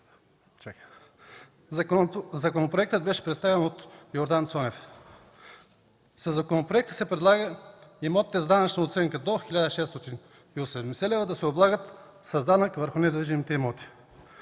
Законопроектът беше представен от Йордан Цонев. Със законопроекта се предлага имотите с данъчна оценка до 1680 лв. да не се облагат с данък върху недвижимите имоти.